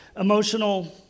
emotional